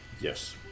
Yes